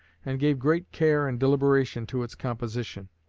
and gave great care and deliberation to its composition.